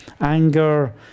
anger